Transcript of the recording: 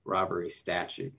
robbery statute